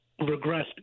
regressed